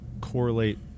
correlate